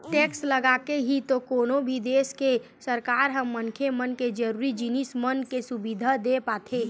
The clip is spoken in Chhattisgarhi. टेक्स लगाके ही तो कोनो भी देस के सरकार ह मनखे मन के जरुरी जिनिस मन के सुबिधा देय पाथे